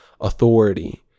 authority